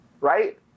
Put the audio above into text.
Right